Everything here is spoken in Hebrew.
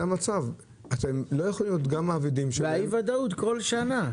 אי ודאות כל שנה.